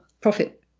profit